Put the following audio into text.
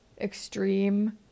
extreme